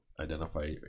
identify